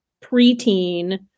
preteen